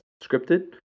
scripted